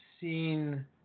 seen